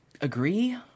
agree